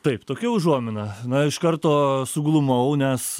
taip tokia užuomina na iš karto suglumau nes